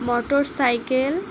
motor cycle